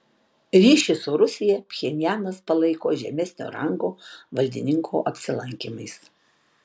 ryšį su rusija pchenjanas palaiko žemesnio rango valdininkų apsilankymais